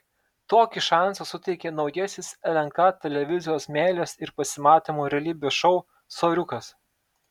tokį šansą suteikia naujasis lnk televizijos meilės ir pasimatymų realybės šou soriukas